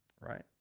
right